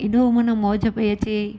एॾो माना मौज पई अचे